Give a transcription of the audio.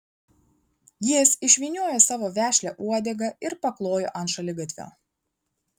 jis išvyniojo savo vešlią uodegą ir paklojo ant šaligatvio